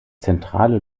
zentrale